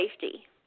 safety